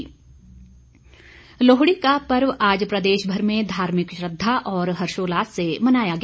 लोहडी लोहड़ी का पर्व आज प्रदेश भर में धार्मिक श्रद्धा और हर्षोल्लास से मनाया गया